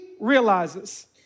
realizes